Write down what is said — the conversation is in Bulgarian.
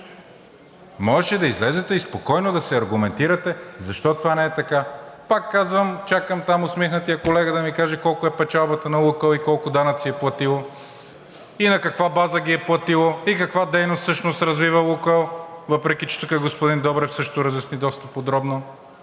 Можеше да излезете и спокойно да се аргументирате защо това не е така. Пак казвам, чакам там усмихнатият колега да ми каже: колко е печалбата на „Лукойл“ и колко данъци е платил, на каква база ги е платил и каква дейност всъщност развива „Лукойл“, въпреки че тук господин Добрев също разясни доста подробно,